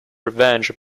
revenge